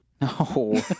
No